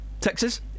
Texas